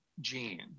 genes